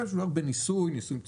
מה גם שמדובר בניסוי מצומצם.